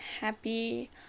Happy